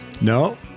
No